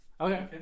Okay